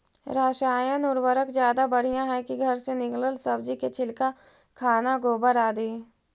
रासायन उर्वरक ज्यादा बढ़िया हैं कि घर से निकलल सब्जी के छिलका, खाना, गोबर, आदि?